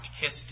kissed